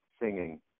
singing